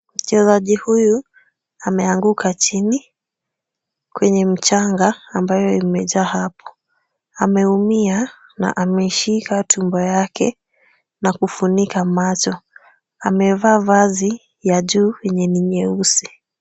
Mchezaji huyu ameanguka chini kwenye mchanga ambayo imejaa hapo. Ameumia na ameshika tumbo yake na kufunika macho. Amevaa vazi ya juu yenye ni nyeusi,